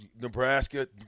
Nebraska